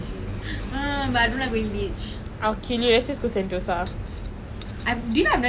excuse me where that time I come then like he don't want let me leave lah and I need to leave